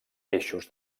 eixos